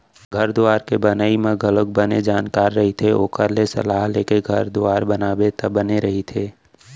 घर दुवार के बनई म घलोक बने जानकार रहिथे ओखर ले सलाह लेके घर दुवार बनाबे त बने रहिथे